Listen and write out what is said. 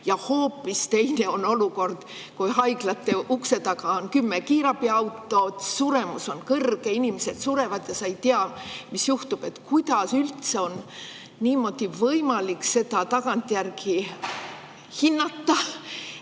on. Hoopis teine on olukord, kui haiglate uste taga on kümme kiirabiautot, suremus on kõrge, inimesed surevad ja sa ei tea, mis juhtuma hakkab. Kuidas üldse on võimalik seda tagantjärgi hinnata?